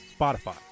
Spotify